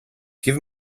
give